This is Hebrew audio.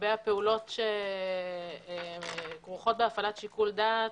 לגבי הפעולות שכרוכות בהפעלת שיקול דעת,